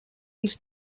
its